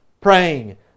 praying